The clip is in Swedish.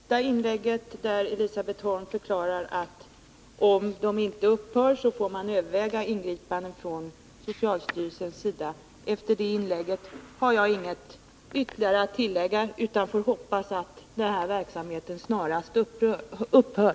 Herr talman! Efter det senaste inlägget, där Elisabet Holm förklarar att om verksamheten inte upphör får man överväga ingripanden från socialstyrelsens sida, har jag inget ytterligare att tillägga, utan jag hoppas att verksamheten snarast upphör.